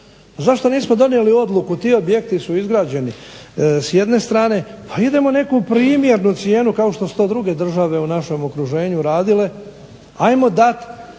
Zašto nismo donijeli odluku? Ti objekti su izgrađeni s jedne strane a idemo neku primjernu cijenu kao što su to druge države u našem okruženju radile, ajmo dati